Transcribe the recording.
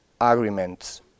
agreements